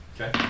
Okay